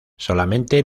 solamente